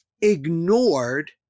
ignored